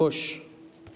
ख़ुश